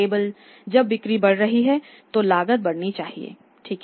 केवल जब बिक्री बढ़ रही है तो लागत बढ़नी चाहिएठीक है